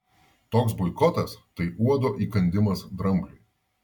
toks boikotas tai uodo įkandimas drambliui